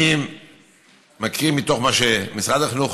אני מקריא: משרד החינוך